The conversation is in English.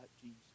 Jesus